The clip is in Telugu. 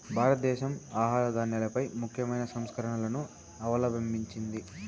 భారతదేశం ఆహార ధాన్యాలపై ముఖ్యమైన సంస్కరణలను అవలంభించింది